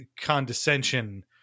condescension